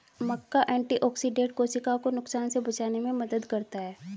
मक्का antioxidant कोशिकाओं को नुकसान से बचाने में मदद करता है